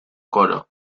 coro